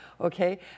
okay